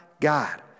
God